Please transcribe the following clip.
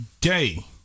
day